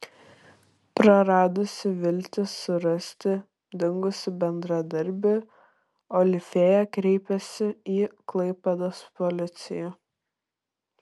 praradusi viltį surasti dingusį bendradarbį olifėja kreipėsi į klaipėdos policiją